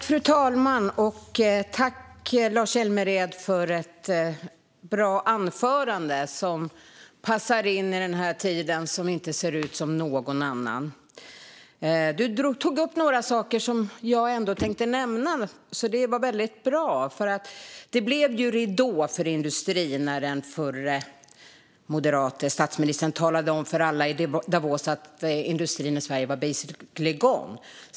Fru talman! Tack, Lars Hjälmered, för ett bra anförande! Det passar in i denna tid som inte ser ut som någon annan. Du tog upp några saker som jag tänkte nämna, så det var väldigt bra. Det blev ridå för industrin när den förre moderate statsministern talade om för alla i Davos att industrin i Sverige var basically gone.